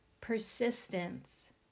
persistence